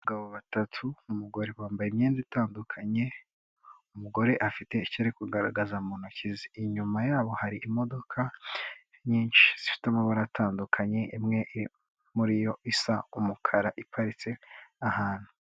Abagabo batatu n'umugore bambaye imyenda itandukanye, umugore afite icyo ari kugaragaza mu ntoki ze, inyuma yabo hari imodoka nyinshi zifite amabara atandukanye imwe muri yo isa umukara iparitse ahantu.